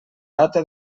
data